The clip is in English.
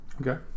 okay